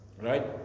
Right